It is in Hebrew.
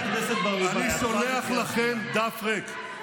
"אני שולח לכם דף ריק".